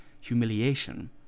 humiliation